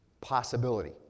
possibility